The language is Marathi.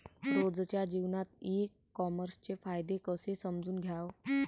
रोजच्या जीवनात ई कामर्सचे फायदे कसे समजून घ्याव?